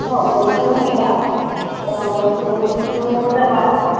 हो दोन किलो मैदा दोन किलो रवा हवा